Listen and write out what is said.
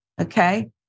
Okay